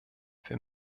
wir